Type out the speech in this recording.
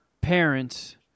parents